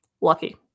Lucky